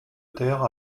terre